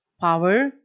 power